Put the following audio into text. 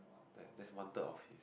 like just one third of his